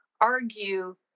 argue